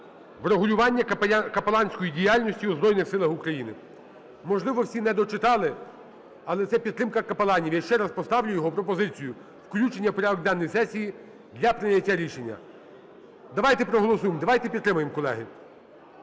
врегулювання капеланської діяльності у Збройних Силах України. Можливо, всі не дочитали, але це підтримка капеланів. Я ще раз поставлю його, пропозицію включення в порядок денний сесії для прийняття рішення. Давайте проголосуємо. Давайте підтримаємо, колеги.